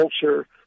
culture